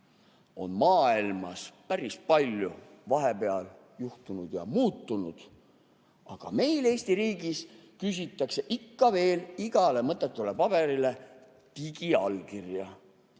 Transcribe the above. on maailmas päris palju vahepeal juhtunud ja muutunud. Aga meil Eesti riigis küsitakse ikka veel igale mõttetule paberile digiallkirja.